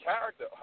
character